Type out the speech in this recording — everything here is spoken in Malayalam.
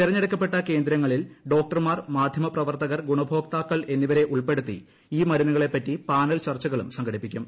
തെരഞ്ഞെടുക്കപ്പെട്ട കേന്ദ്രങ്ങളിൽ ഡോക്ടർമാർ മാധ്യമപ്രവർത്തകർ ഗുണഭോക്താക്കൾ എന്നിവരെ ഉൾപ്പെടുത്തി ഈ മരുന്നുകളെപ്പറ്റി പാനൽ ചർച്ചകളും സംഘടിപ്പിക്കും